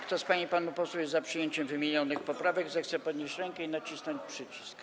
Kto z pań i panów posłów jest za przyjęciem wymienionych poprawek, zechce podnieść rękę i nacisnąć przycisk.